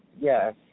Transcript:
Yes